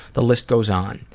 the list goes on.